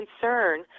concern